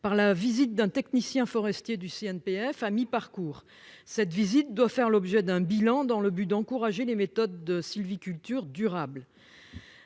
par la visite d'un technicien forestier du CNPF à mi-parcours, cette visite doit faire l'objet d'un bilan dans le but d'encourager les méthodes de sylviculture durable.